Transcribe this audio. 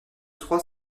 trois